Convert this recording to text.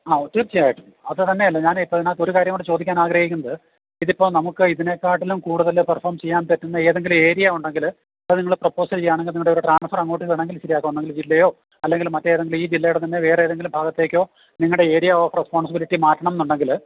ആ തീർച്ചയായിട്ടും അത് തന്നെയല്ല ഞാൻ ഇപ്പം ഇതിനകത്ത് ഒരു കാര്യം കൂടി ചോദിക്കാൻ ആഗ്രഹിക്കുന്നത് ഇതിപ്പം നമുക്ക് ഇതിനേക്കാട്ടിലും കൂടുതൽ പെർഫോം ചെയ്യാൻ പറ്റുന്ന ഏതെങ്കിലും ഏരിയ ഉണ്ടെങ്കിൽ ഇപ്പോൾ നിങ്ങൾ പ്രൊപ്പോസ് ചെയ്യുകയാണെങ്കിൽ നിങ്ങളുടെ ഒരു ട്രാൻസ്ഫർ അങ്ങോട്ട് വേണമെങ്കിൽ ശരിയാക്കി ഒന്നെങ്കിൽ ജില്ലയോ അല്ലെങ്കിൽ മറ്റേതെങ്കിലും ഈ ജില്ലയുടെ തന്നെ വേറെ ഏതെങ്കിലും ഭാഗത്തേക്കോ നിങ്ങളുടെ ഏരിയ ഓഫ് റെസ്പോൺസിബിലിറ്റി മാറ്റണം എന്നുണ്ടെങ്കിൽ